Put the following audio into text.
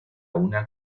una